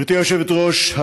גברתי היושבת-ראש,